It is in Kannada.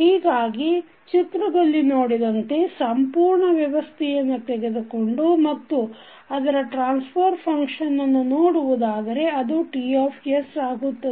ಹೀಗಾಗಿ ಚಿತ್ರದಲ್ಲಿ ನೋಡಿದಂತೆ ಸಂಪೂರ್ಣ ವ್ಯವಸ್ಥೆಯನ್ನು ತೆಗೆದುಕೊಂಡು ಮತ್ತು ಅದರ ಟ್ರಾನ್ಸ್ಫರ್ ಫಂಕ್ಷನ್ ಅನ್ನು ನೋಡುವುದಾದರೆ ಅದುTಆಗುತ್ತದೆ